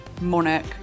Monarch